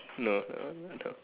no no no